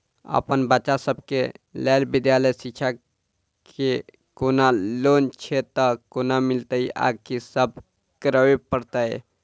अप्पन बच्चा सब केँ लैल विधालय शिक्षा केँ कोनों लोन छैय तऽ कोना मिलतय आ की सब करै पड़तय